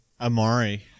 Amari